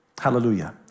Hallelujah